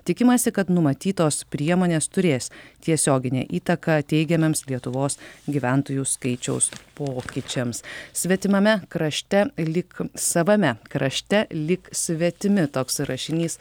tikimasi kad numatytos priemonės turės tiesioginę įtaką teigiamiems lietuvos gyventojų skaičiaus pokyčiams svetimame krašte lyg savame krašte lyg svetimi toks rašinys